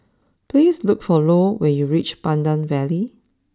please look for Lou when you reach Pandan Valley